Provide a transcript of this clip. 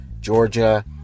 Georgia